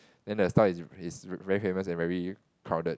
then the store is is very famous and very crowded